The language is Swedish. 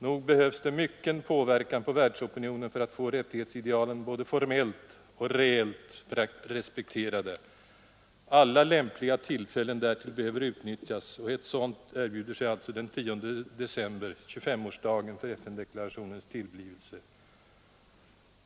Nog behövs det mycken påverkan på världsopinionen för att få rättighetsidealen både formellt och reellt respekterade. Alla lämpliga tillfällen härtill behöver utnyttjas. Ett sådant erbjuder sig alltså den 10 december, 25-årsdagen av FN-deklarationens tillblivelse.